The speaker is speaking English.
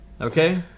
okay